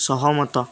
ସହମତ